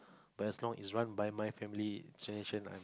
but as long is run by my family generation I'm